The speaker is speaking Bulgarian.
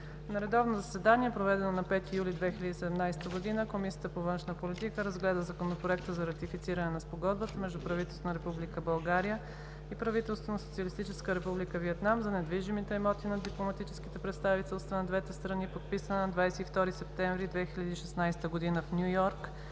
На редовно заседание, проведено на 5 юли 2017 година, Комисията по външна политика разгледа Законопроект за ратифициране на Спогодбата между правителството на Република България и правителството на Социалистическа Република Виетнам за недвижимите имоти на дипломатическите представителства на двете страни, подписана на 22 септември 2016 г. в Ню-Йорк,